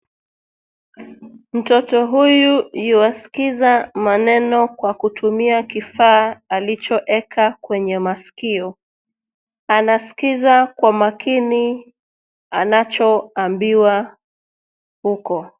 Mtoto huyu yuaskiza maneno kwa kutumia kifaa alichoeka kwenye maskio. Anaskiza kwa makini anacho ambiwa huko.